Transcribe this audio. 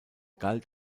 galt